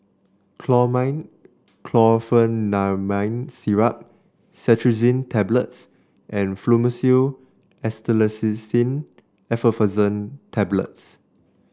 Chlormine Chlorpheniramine Syrup Cetirizine Tablets and Fluimucil Acetylcysteine Effervescent Tablets